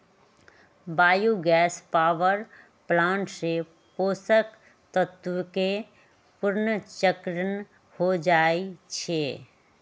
bio gas power plant से पोषक तत्वके पुनर्चक्रण हो जाइ छइ